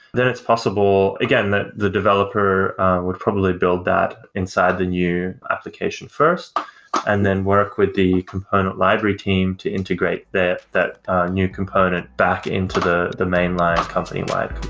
then it's possible again, the the developer would probably build that inside the new application first and then work with the component library team to integrate that new component back into the the mainline company-wide